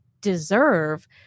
deserve